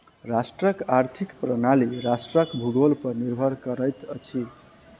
राष्ट्रक आर्थिक प्रणाली राष्ट्रक भूगोल पर निर्भर करैत अछि